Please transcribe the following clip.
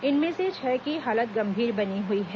इनमें से छह की हालत गंभीर बनी हुई है